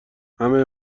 همه